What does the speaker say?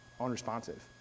unresponsive